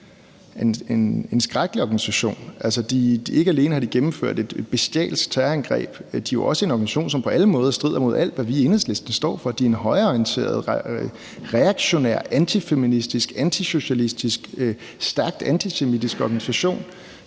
en skrækkelig organisation. Ikke alene har de gennemført et bestialsk terrorangreb, de er jo også en organisation, som på alle måder strider imod alt, hvad vi i Enhedslisten står for. Det er en højreorienteret, reaktionær, antifeministisk, antisocialistisk og stærkt antisemitisk organisation,